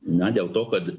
na dėl to kad